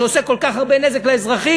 שעושה כל כך הרבה נזק לאזרחים,